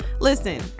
listen